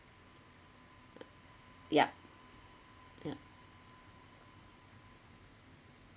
yup yup